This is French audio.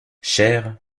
cher